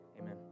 Amen